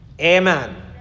Amen